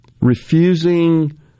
refusing